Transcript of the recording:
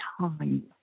time